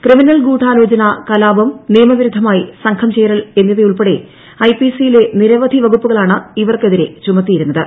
criminal ഗൂഢാലോചന കലാപ്പർ ഗ്ന്യമവിരുദ്ധമായി സംഘം ചേരൽ എന്നിവയുൾപ്പെടെ ഐപീസിയിലെ നിരവധി വകുപ്പുകളാണ് ഇവർക്കെതിരെ ചുമത്തിയിരുന്നുത്